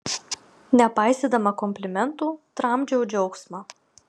nepaisydama komplimentų tramdžiau džiaugsmą